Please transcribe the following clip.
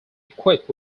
equipped